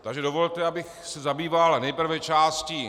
Takže dovolte, abych se zabýval nejprve částí